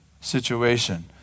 situation